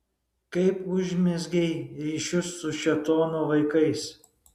kaip užmezgei ryšius su šėtono vaikais